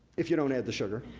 if you don't add the sugar,